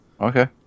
Okay